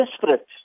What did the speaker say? desperate